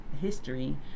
history